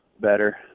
better